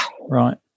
right